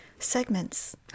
segments